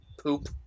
poop